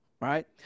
Right